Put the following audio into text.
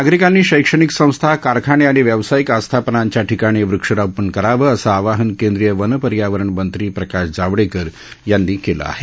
नागरिकांनी शैक्षणिक संस्था कारखाने आणि व्यावसायिक आस्थापनांच्या ठिकाणी वृक्षारोपण करावं असं आवाहन केंद्रीय वन पर्यावरणमंत्री प्रकाश जावडेकर यांनी केलं आहे